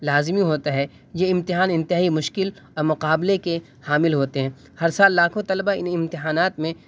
لازمی ہوتا ہے یہ امتحان انتہائی مشکل اور مقابلے کے حامل ہوتے ہیں ہر سال لاکھوں طلبہ ان امتحانات میں